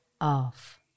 off